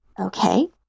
Okay